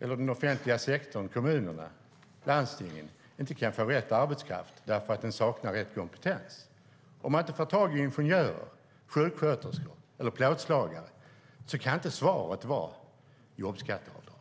och den offentliga sektorn, kommunerna och landstingen, inte kan få rätt arbetskraft eftersom arbetskraften saknar rätt kompetens. Om man inte får tag i ingenjörer, sjuksköterskor eller plåtslagare kan inte svaret vara jobbskatteavdrag.